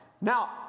Now